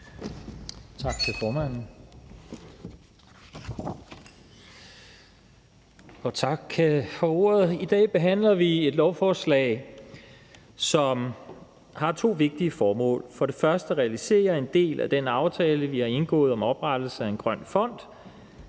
I dag behandler vi et lovforslag, som har to vigtige formål: For det første skal det realisere en del af den aftale, vi har indgået om oprettelse af en grøn fond.